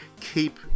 keep